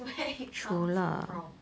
true lah